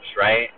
right